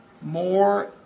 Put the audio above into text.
more